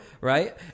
right